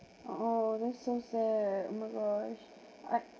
oh that's so sad oh my gosh I